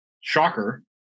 shocker